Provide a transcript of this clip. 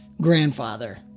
grandfather